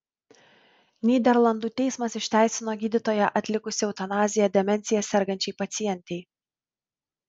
nyderlandų teismas išteisino gydytoją atlikusį eutanaziją demencija sergančiai pacientei